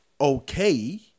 okay